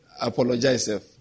apologize